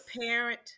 parent